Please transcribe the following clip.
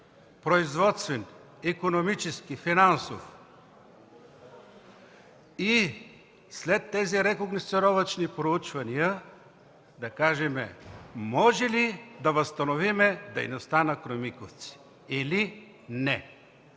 производствен, икономически, финансов, и след тези рекогносцировъчни проучвания да кажем може ли да възстановим дейността на „Кремиковци”, или не.